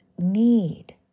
need